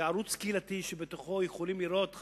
שיהיה ערוץ קהילתי שבו יכולים לראות,